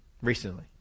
Recently